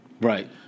Right